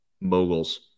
moguls